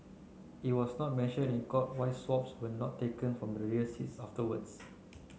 it was not mentioned in court why swabs were not taken from the rear seat afterwards